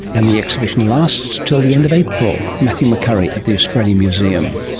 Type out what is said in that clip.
and the exhibition lasts until the end of april. matthew mccurry at the australian museum